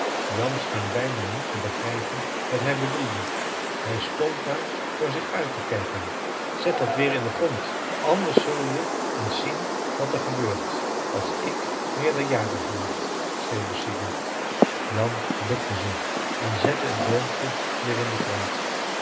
jan scheen bijna niet te begrijpen wat hij bedoelde hij stond maar voor zich uit te kijken zet dat weer in den grond anders zul je eens zien wat er gebeurt als ik meerderjarig word schreeuwde sigurd jan bukte zich en zette het boompje weer in den grond